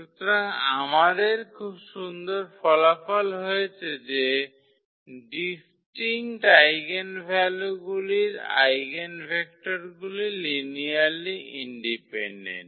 সুতরাং আমাদের খুব সুন্দর ফলাফল হয়েছে যে ডিস্টিঙ্কট আইগেনভ্যালুগুলির আইগেনভেক্টরগুলি লিনিয়ারলি ইন্ডিপেনডেন্ট